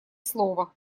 слова